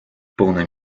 полной